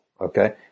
okay